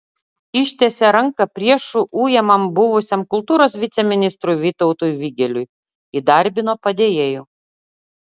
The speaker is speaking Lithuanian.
ištiesė ranką priešų ujamam buvusiam kultūros viceministrui vytautui vigeliui įdarbino padėjėju